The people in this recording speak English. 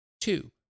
two